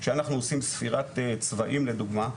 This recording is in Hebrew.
כשאנחנו עושים ספירת צבאים לדוגמה,